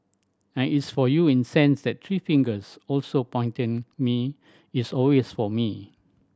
and it's for you in sense that three fingers also pointing me it's always for me